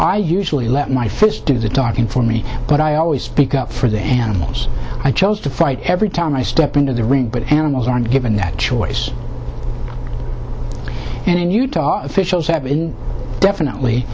i usually let my fists do the talking for me but i always speak up for the animals i chose to fight every time i step into the ring but animals aren't given that choice and in utah officials